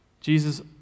Jesus